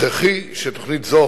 הכרחי שתוכנית זו